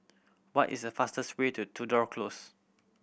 what is the fastest way to Tudor Close